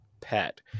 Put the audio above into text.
pet